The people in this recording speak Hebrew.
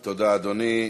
תודה, אדוני.